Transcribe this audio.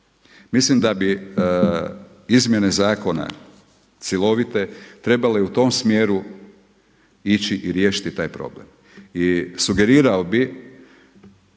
Mislim da bi izmjene zakona cjelovite trebale u tom smjeru ići i riješiti taj problem. I sugerirao bih